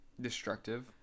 destructive